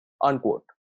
Unquote